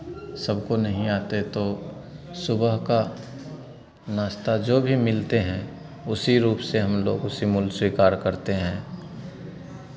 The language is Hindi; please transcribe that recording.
सबको नहीं आते तो सुबह का नाश्ता जो भी मिलते हैं उसी रूप से हम लोग उसी मूल स्वीकार करते हैं